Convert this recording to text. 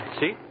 See